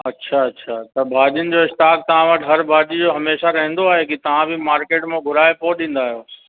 अछा अछा त भाॼियुनि जो स्टाक तव्हां वटि हर भाॼी जो हमेशा रहंदो आहे की तव्हां बि मार्केट मां घुराए पोइ ॾींदा आहियो